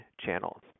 channels